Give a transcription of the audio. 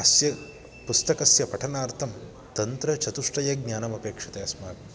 अस्य पुस्तकस्य पठनार्थं तन्त्रचतुष्टयज्ञानमपेक्षते अस्माकम्